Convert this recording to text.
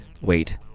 wait